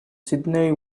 sydney